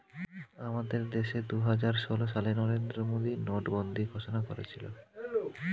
আমাদের দেশে দুহাজার ষোল সালে নরেন্দ্র মোদী নোটবন্দি ঘোষণা করেছিল